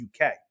UK